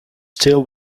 still